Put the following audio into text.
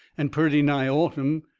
and purty nigh autumn.